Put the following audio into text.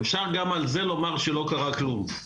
אפשר גם על זה לומר שלא קרה כלום.